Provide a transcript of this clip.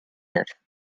neuf